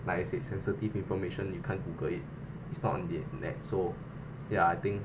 like I said sensitive information you can't google it it's not on the net so ya I think